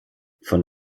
von